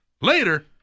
Later